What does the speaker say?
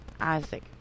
Isaac